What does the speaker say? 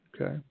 Okay